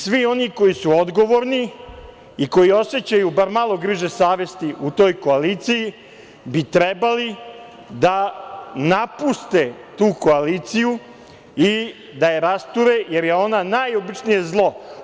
Svi oni koji su odgovorni i koji osećaju bar malo griže savesti u toj koaliciji bi trebali da napuste tu koaliciju i da je rasture, jer je ona najobičnije zlo.